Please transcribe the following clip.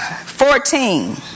Fourteen